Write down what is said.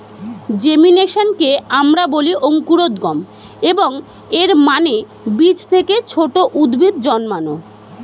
জেমিনেশনকে আমরা বলি অঙ্কুরোদ্গম, এবং এর মানে বীজ থেকে ছোট উদ্ভিদ জন্মানো